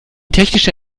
technische